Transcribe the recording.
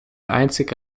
einzige